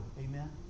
Amen